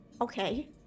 Okay